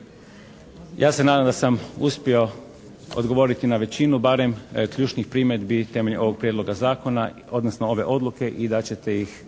Ja se nadam da sam uspio odgovoriti na većinu barem ključnih primjedbi temeljem ovog prijedloga zakona odnosno ove odluke i da ćete ih